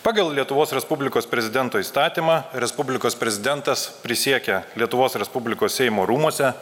pagal lietuvos respublikos prezidento įstatymą respublikos prezidentas prisiekia lietuvos respublikos seimo rūmuose